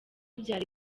byari